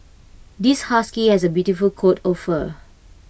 this husky has A beautiful coat of fur